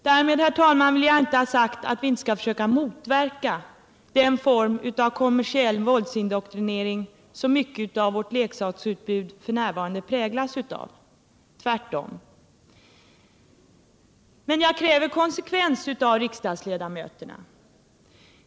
Därmed, herr talman, vill jag inte ha sagt att vi inte skall försöka motverka den form av kommersiell våldsindoktrinering som mycket av vårt leksaksutbud f.n. präglas av — tvärtom. Men jag kräver konsekvens av riksdagsledamöterna.